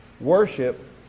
worship